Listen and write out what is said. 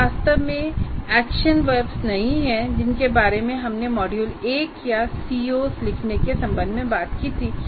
ये वास्तव में वे एक्शन verbs नहीं हैं जिनके बारे में हमने मॉड्यूल 1 या COs लिखने के संबंध में बात की थी